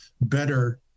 better